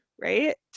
right